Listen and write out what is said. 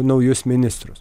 naujus ministrus